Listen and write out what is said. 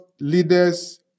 leaders